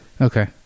Okay